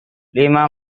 lima